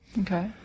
Okay